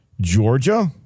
Georgia